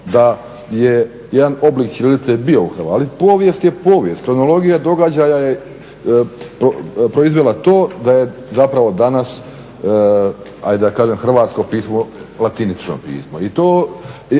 da je jedan oblik ćirilice bio, ali povijest je povijest, kronologija događaja je proizvela to da je danas hrvatsko pismo latinično pismo. I to